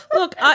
Look